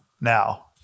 Now